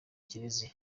kirezi